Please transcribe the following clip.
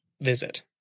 visit